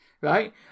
Right